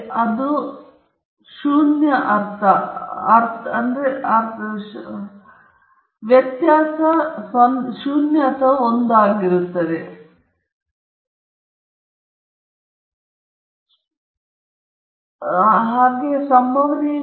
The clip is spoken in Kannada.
ಸ್ಟ್ಯಾಂಡರ್ಡ್ ಸಾಮಾನ್ಯ ಯಾದೃಚ್ಛಿಕ ವೇರಿಯಬಲ್ನ ಸಂಚಿತ ವಿತರಣೆಯನ್ನು ಝಡ್ನ ಪೈ ಎನ್ನುವುದು ಝಡ್ನ ಸಂಭವನೀಯತೆಗೆ Z ಗಿಂತಲೂ ಕಡಿಮೆ ಅಥವಾ ಸಮನಾಗಿರುತ್ತದೆ ಎಂದು ವ್ಯಾಖ್ಯಾನಿಸಲಾಗಿದೆ ಬಂಡವಾಳ ಝಡ್ ಯಾದೃಚ್ಛಿಕ ವೇರಿಯೇಬಲ್ z ಮತ್ತು z ಯನ್ನು ಯಾವುದೇ ಸಂಖ್ಯಾತ್ಮಕ ಮೌಲ್ಯ ಎಂದು ಪ್ರತಿನಿಧಿಸುತ್ತದೆ